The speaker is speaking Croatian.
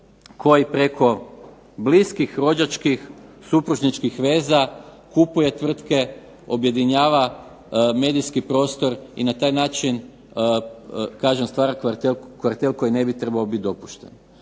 koji preko bliskih rođačkih, supružničkih veza kupuje tvrtke, objedinjava medijski prostor i na taj način kažem stvara kartel koji ne bi trebao biti dopušten.